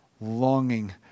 longing